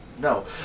No